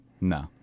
No